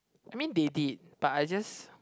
I mean they did but I just